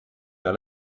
mehr